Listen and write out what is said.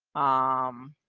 um,